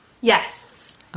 Yes